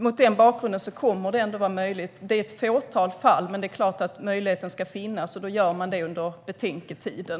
Mot den bakgrunden kommer det alltså ändå att vara möjligt. Det gäller ett fåtal fall, men det är klart att möjligheten ska finnas. Det görs då under betänketiden.